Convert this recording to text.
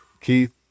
keith